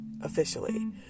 officially